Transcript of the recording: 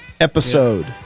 episode